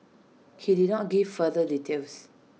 he did not give further details